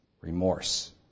Remorse